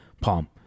palm